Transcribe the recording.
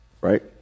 Right